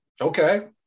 Okay